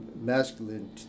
masculine